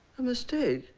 a mistake.